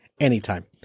Anytime